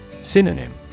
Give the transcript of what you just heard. Synonym